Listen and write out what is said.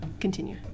Continue